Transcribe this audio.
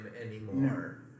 anymore